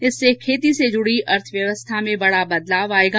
इससे खेती से जुडी अर्थव्यवस्था में बडा बदलाव आएगा